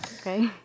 Okay